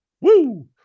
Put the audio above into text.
woo